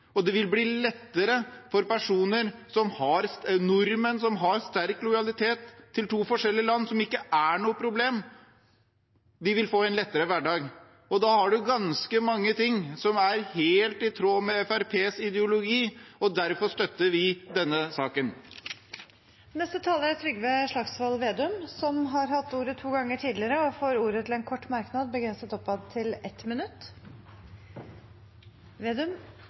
og at nordmenn som har sterk lojalitet til to forskjellige land, noe som ikke er noe problem, vil få en lettere hverdag. Da har man ganske mange ting som er helt i tråd med Fremskrittspartiets ideologi, og derfor støtter vi denne saken. Representanten Trygve Slagsvold Vedum har hatt ordet to ganger tidligere og får ordet til en kort merknad, begrenset til 1 minutt.